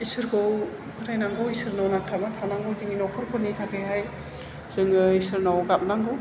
इसोरखौ फोथायनांगौ इसोरनाव नांथाबना थानांगौ जोंनि न'खर फोरनि थाखायहाय जोङो इसोरनाव गाबनांगौ